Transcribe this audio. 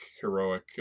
heroic